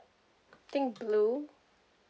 think blue